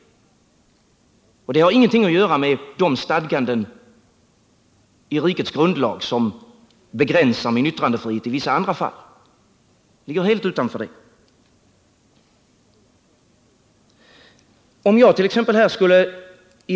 Det har ingenting att göra med de stadganden i rikets grundlag som begränsar min yttrandefrihet i vissa andra fall — det ligger helt utanför dem. Om jag it.ex.